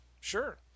Sure